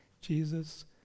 Jesus